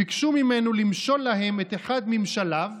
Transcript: הם ביקשו ממנו למשול להם את אחד ממשליו,